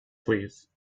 please